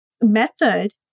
method